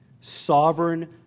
sovereign